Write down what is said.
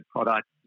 product